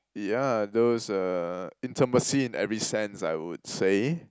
yeah those uh intimacy in every sense I would say